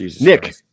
nick